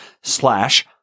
slash